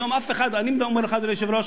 היום אף אחד, אני אומר לך, אדוני היושב-ראש,